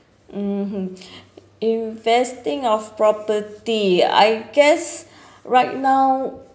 mmhmm investing of property I guess right now